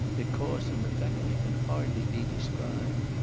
it caused an effect that can hardly be described.